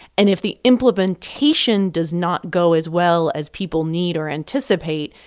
and if the implementation does not go as well as people need or anticipate,